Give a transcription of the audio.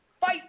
fight